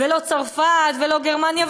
לא צרפת ולא גרמניה,